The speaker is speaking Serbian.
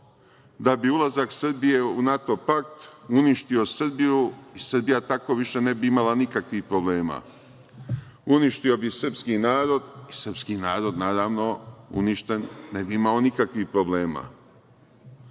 da bi ulazak Srbije u NATO pakt uništio Srbiju i Srbija tako više ne bi imala nikakvih problema, uništio bi srpski narod i srpski narod uništen ne bi imao nikakvih problema. Ulazak